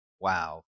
Wow